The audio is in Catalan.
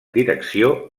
direcció